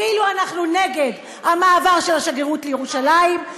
כאילו אנחנו נגד המעבר של השגרירות לירושלים.